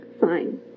Fine